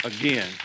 Again